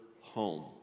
home